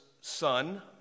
son